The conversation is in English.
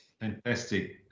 Fantastic